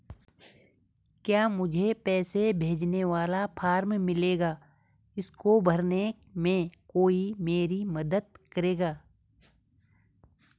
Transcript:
क्या मुझे पैसे भेजने वाला फॉर्म मिलेगा इसको भरने में कोई मेरी मदद करेगा?